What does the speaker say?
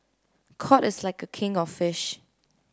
cod is like a king of fish